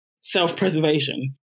self-preservation